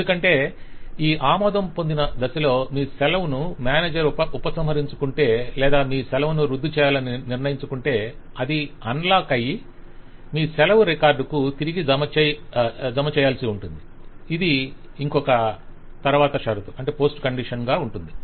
ఎందుకంటే ఈ ఆమోదం పొందిన దశలో మీ సెలవును మేనేజర్ ఉపసంహరించుకుంటే లేదా మీరు సెలవును రద్దు చేయాలని నిర్ణయించుకుంటే అది అన్లాక్ అయి మీ సెలవు రికార్డుకు కు తిరిగి జమ చేయాలి - ఇ ది ఇంకొక తరవాత షరతుగా ఉంటుంది